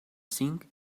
cinc